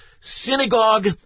synagogue